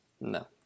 No